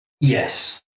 Yes